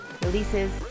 releases